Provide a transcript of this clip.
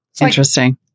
Interesting